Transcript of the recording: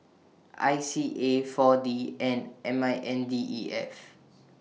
I C A four D and M I N D E F